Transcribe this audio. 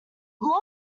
lord